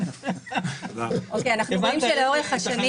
לאורך השנים